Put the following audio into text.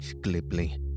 glibly